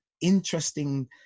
interesting